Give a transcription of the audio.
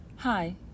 Hi